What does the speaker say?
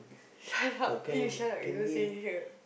shut up eh you shut up you don't say here